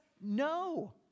no